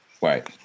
Right